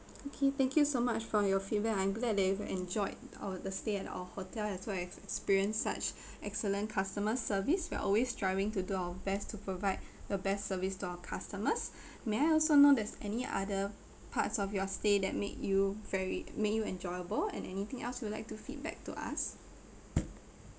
okay thank you so much for your feedback I'm glad that you've enjoyed our the stay at our hotel as well as experience such excellent customer service we are always striving to do our best to provide the best service to our customers may I also know there's any other parts of your stay that make you very make you enjoyable and anything else you would like to feedback to us